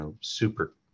super